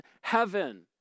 heaven